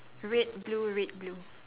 red blue red blue